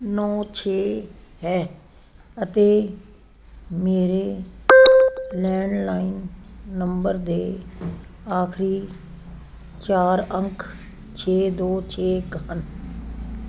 ਨੌ ਛੇ ਹੈ ਅਤੇ ਮੇਰੇ ਲੈਂਡਲਾਈਨ ਨੰਬਰ ਦੇ ਆਖਰੀ ਚਾਰ ਅੰਕ ਛੇ ਦੋ ਛੇ ਇੱਕ ਹਨ